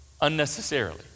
unnecessarily